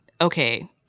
Okay